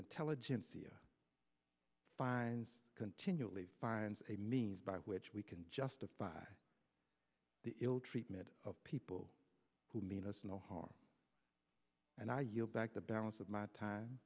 intelligentsia finds continually finds a means by which we can justify the ill treatment of people who mean us no harm and i yield back the balance of my time